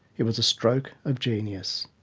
it was stroke of genius.